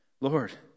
Lord